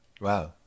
wow